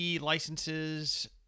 licenses